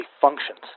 functions